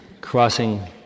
crossing